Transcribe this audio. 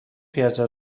پیاده